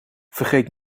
vergeet